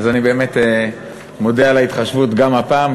אז אני באמת מודה על ההתחשבות גם הפעם,